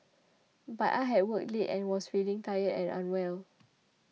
but I had worked late and was feeling tired and unwell